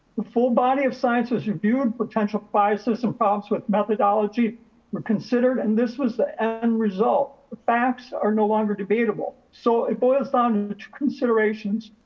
the full body of science has reviewed potential biases and pops with methodology were considered. and this was the end result. the facts are no longer debatable. so it boils down to two considerations.